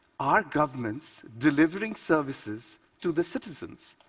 are governments delivering services to the citizens?